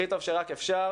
הכי טוב שרק אפשר,